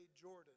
Jordan